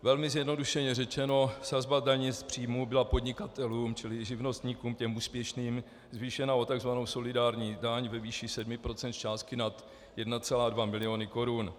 Velmi zjednodušeně řečeno: sazba daní z příjmů byla podnikatelům čili i živnostníkům, těm úspěšným, zvýšena o takzvanou solidární daň ve výši 7 % z částky nad 1,2 mil. korun.